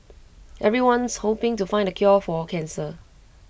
everyone's hoping to find the cure for cancer